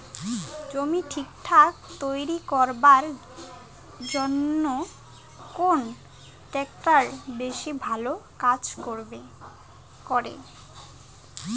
জমি ঠিকঠাক তৈরি করিবার জইন্যে কুন ট্রাক্টর বেশি ভালো কাজ করে?